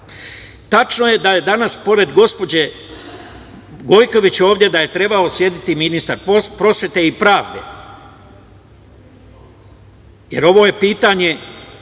je da je danas pored gospođe Gojković ovde trebao sedeti ministar prosvete i pravde, jer ovo je pitanje